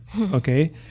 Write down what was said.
Okay